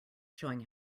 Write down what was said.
showing